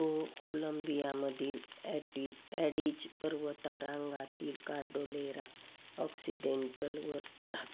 तो कोलंबियामधील ॲटी ॲडीज पर्वतारांगातील कार्डोलेरा ऑक्सिडेंटलवर राहतो